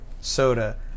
soda